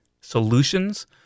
solutions